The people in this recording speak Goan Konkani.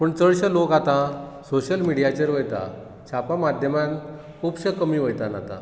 पूण चडशें लोक आतां सोशल मिडीयाचेर वयता छाप्य माध्यमांत खुबशे कमी वयतात आता